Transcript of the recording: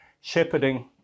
Shepherding